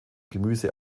gemüse